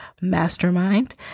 mastermind